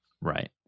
Right